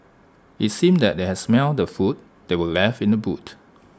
IT seemed that they had smelt the food that were left in the boot